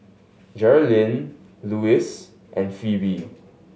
Geralyn Luis and Pheobe